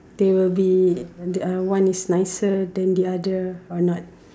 they will be uh one is nicer than another or not